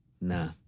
nah